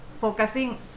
focusing